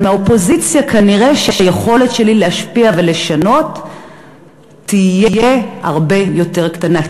אבל באופוזיציה כנראה היכולת שלי להשפיע ולשנות תהיה הרבה יותר קטנה,